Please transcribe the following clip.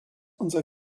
unser